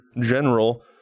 General